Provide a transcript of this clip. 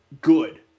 good